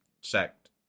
sect